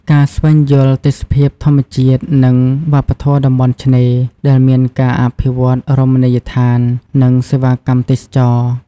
ការស្វែងយល់ទេសភាពធម្មជាតិ និងវប្បធម៌តំបន់ឆ្នេរ ដែលមានការអភិវឌ្ឍន៍រមណីយដ្ឋាន និងសេវាកម្មទេសចរណ៍។